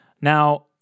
Now